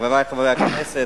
חברי חברי הכנסת,